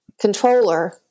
controller